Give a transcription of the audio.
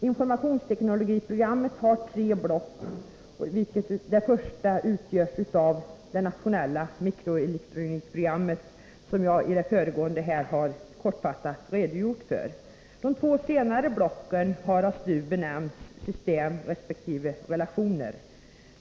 Informationsteknologiprogrammet har tre block, av vilka det första utgörs av det nationella mikroelektronikprogrammet, som jag i det föregående kortfattat har redogjort för. De två senare blocken har av STU benämnts system resp. relationer.